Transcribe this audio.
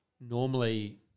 normally